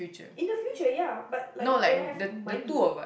in the future ya but like when I have money